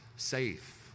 Safe